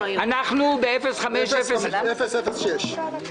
אנחנו ב-05006.